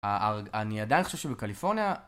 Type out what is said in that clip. א... א... אני עדיין חושב שבקליפורניה...